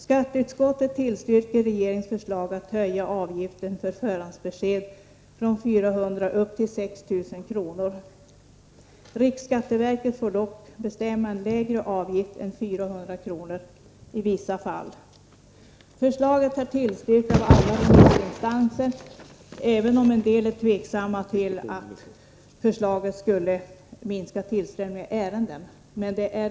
Skatteutskottet tillstyrker regeringens förslag att höja avgiften för förhandsbesked från 400 kr. upp till 6 000 kr. Riksskatteverket får dock bestämma om en lägre avgift än 400 kr. i vissa fall. Förslaget har tillstyrkts av samtliga remissinstanser, även om en del är tveksamma om en höjning av avgifterna skulle kunna minska tillströmningen av ärenden.